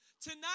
Tonight